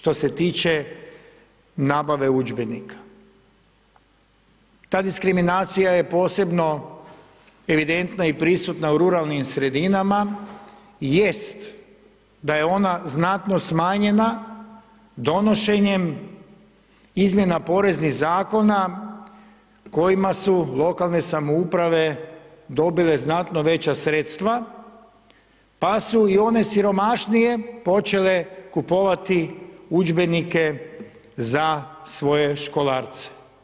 Ta diskriminacija je posebno evidentna i prisutna u ruralnim sredinama, jest da je ona znatno smanjena donošenjem izmjena poreznih zakona kojima su lokalne samouprave dobile znatno veća sredstva pa su i one siromašnije počele kupovati udžbenike za svoje školarce.